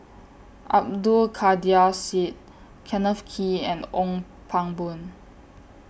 Abdul Kadir Syed Kenneth Kee and Ong Pang Boon